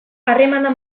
harremana